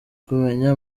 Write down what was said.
kumenya